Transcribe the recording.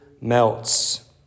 melts